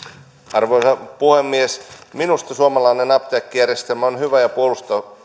arvoisa puhemies minusta suomalainen apteekkijärjestelmä on hyvä ja puolustamisen